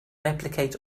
replicate